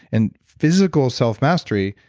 and physical self-mastery,